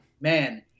Man